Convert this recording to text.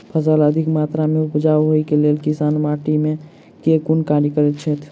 फसल अधिक मात्रा मे उपजाउ होइक लेल किसान माटि मे केँ कुन कार्य करैत छैथ?